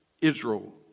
Israel